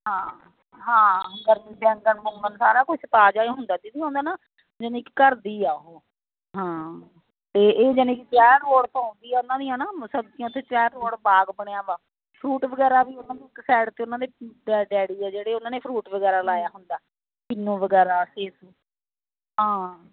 ਹਾਂ ਹਾਂ ਸਾਰਾ ਕੁਝ ਤਾਜ਼ਾ ਹੀ ਹੁੰਦਾ ਦੀਦੀ ਉਹਦਾ ਨਾ ਜਾਨੀ ਕਿ ਘਰ ਦੀ ਆ ਹਾਂ ਅਤੇ ਇਹ ਜਾਨੀ ਕਿ ਉਹਨਾਂ ਦੀਆਂ ਨਾ ਮੁਸਕੀਆਂ 'ਤੇ ਚਾਰ ਰੋਡ ਬਾਗ ਬਣਿਆ ਵਾ ਫਰੂਟ ਵਗੈਰਾ ਵੀ ਉਹਨਾਂ ਤੋਂ ਸਾਈਡ 'ਤੇ ਉਹਨਾਂ ਦੇ ਡੈ ਡੈਡੀ ਆ ਜਿਹੜੇ ਉਹਨਾਂ ਨੇ ਫਰੂਟ ਵਗੈਰਾ ਲਾਇਆ ਹੁੰਦਾ ਕਿੰਨੂ ਵਗੈਰਾ ਸੇਬ ਸੁਬ ਹਾਂ